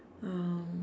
um